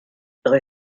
rue